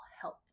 help